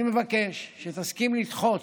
אני מבקש שתסכים לדחות